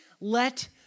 let